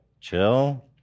chill